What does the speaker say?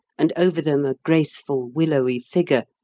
and over them a graceful, willowy figure,